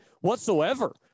whatsoever